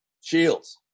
shields